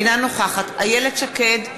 אינה נוכחת איילת שקד,